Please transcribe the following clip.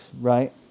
Right